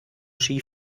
ski